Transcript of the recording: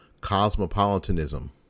Cosmopolitanism